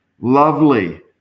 lovely